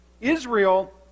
Israel